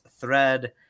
thread